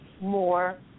more